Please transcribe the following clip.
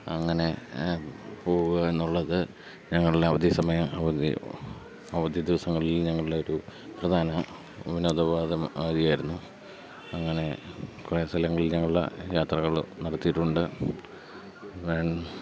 അങ്ങനെ പോവുക എന്നുള്ളത് ഞങ്ങളുടെ അവധി സമയ അവധി അവധി ദിവസങ്ങളിൽ ഞങ്ങളുടെ ഒരു പ്രധാന വിനോദപാദോപാധി ആയിരുന്നു അങ്ങനെ കുറേ സ്ഥലങ്ങളിൽ ഞങ്ങൾ യാത്രകൾ നടത്തിയിട്ടുണ്ട്